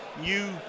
new